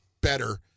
better